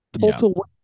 total